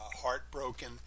heartbroken